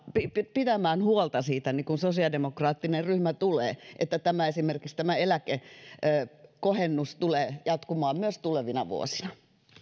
pitämään huolta siitä niin kuin sosiaalidemokraattinen ryhmä tulee että esimerkiksi tämä eläkekohennus tulee jatkumaan myös tulevina vuosina